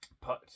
put